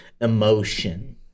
emotion